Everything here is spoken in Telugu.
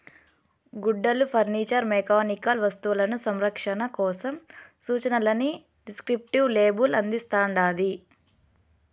గుడ్డలు ఫర్నిచర్ మెకానికల్ వస్తువులు సంరక్షణ కోసం సూచనలని డిస్క్రిప్టివ్ లేబుల్ అందిస్తాండాది